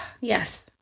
Yes